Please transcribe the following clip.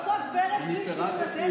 אותה גברת בלי שינוי אדרת,